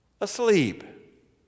asleep